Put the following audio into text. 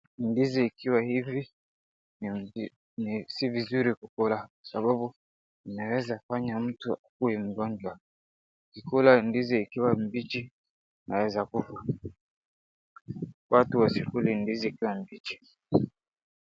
Ndizi ikiwa hivi si vizuri kukula sababu inaweza fanya mtu akuwe mgonjwa. Ukikula ndizi ikiwa mbichi unaweza kufa. Watu wasikule ndizi ikiwa mbichi.